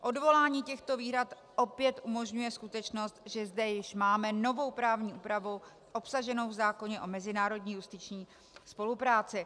Odvolání těchto výhrad opět umožňuje skutečnost, že zde již máme novou právní úpravu obsaženou v zákoně o mezinárodní justiční spolupráci.